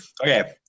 Okay